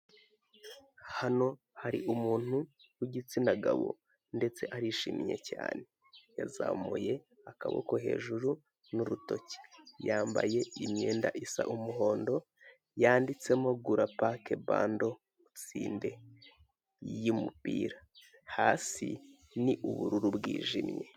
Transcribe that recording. Hano hari umuntu w'igitsina gabo, ndetse arishimye cyane. Yazamuye akaboko hejuru, n'urutoki. Yambaye imyenda isa umuhondo, yanditsemo " Gura pake bando, utsinde." Y'umupira. Hasi ni ubururu bwijimye.